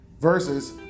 versus